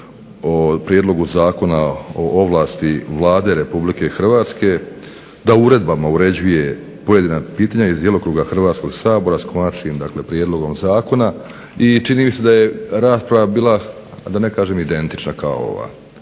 o Prijedlogu zakona o ovlasti Vlade Republike Hrvatske da uredbama uređuje pojedina pitanja iz djelokruga Hrvatskoga sabora s konačnim prijedlogom zakona i čini mi se da je rasprava bila da ne kažem identična kao ova.